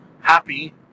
happy